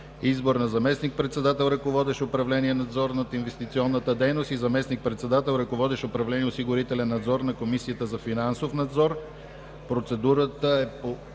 Избор на заместник-председател, ръководещ управление „Надзор на инвестиционната дейност”, и заместник-председател, ръководещ управление „Осигурителен надзор” на Комисията за финансов надзор. Процедурата по